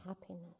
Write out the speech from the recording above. happiness